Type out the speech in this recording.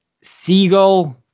seagull